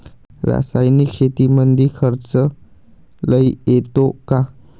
रासायनिक शेतीमंदी खर्च लई येतो का?